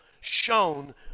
shown